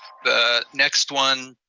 the next one